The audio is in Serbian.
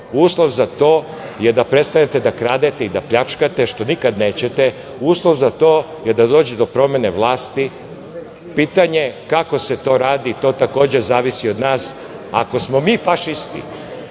Uslov za to je da prestanete da kradete i da pljačkate, što nikad nećete. Uslov za to je da dođe do promene vlasti, a pitanje kako se to radi, takođe zavisi od nas. Ako smo mi fašisti,